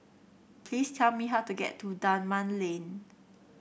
please tell me how to get to Dunman Lane